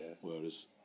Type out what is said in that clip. Whereas